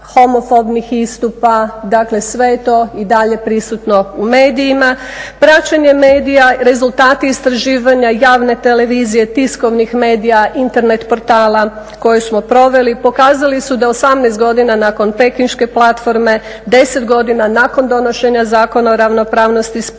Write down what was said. homofobnih istupa. Dakle, sve je to i dalje prisutno u medijima. Praćenje medija, rezultati istraživanja javne televizije, tiskovnih medija, Internet portala koju smo proveli pokazali su da 18 godina nakon pekinške platforme 10 godina nakon donošenja Zakona o ravnopravnosti spolova,